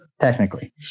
Technically